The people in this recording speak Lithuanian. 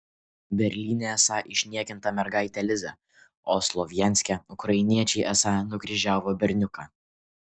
berlyne esą išniekinta mergaitė liza o slovjanske ukrainiečiai esą nukryžiavo berniuką